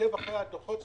שעוקב אחרי הדוחות.